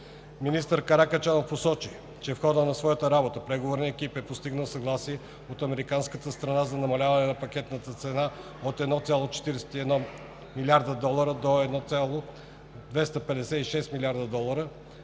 Министър Каракачанов посочи, че в хода на своята работа преговорният екип е постигнал съгласие от американската страна за намаляване на пакетната цена от 1,41 млрд. долара до 1,256 млрд. долара,